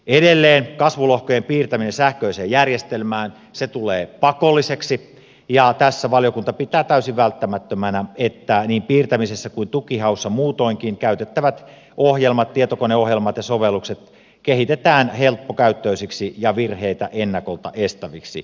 edelleen kasvulohkojen piirtäminen sähköiseen järjestelmään tulee pakolliseksi ja tässä valiokunta pitää täysin välttämättömänä että niin piirtämisessä kuin tukihaussa muutoinkin käytettävät tietokoneohjelmat ja sovellukset kehitetään helppokäyttöisiksi ja virheitä ennakolta estäviksi